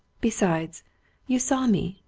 besides you saw me,